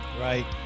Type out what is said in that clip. Right